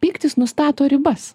pyktis nustato ribas